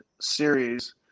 series